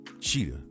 Cheetah